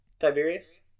Tiberius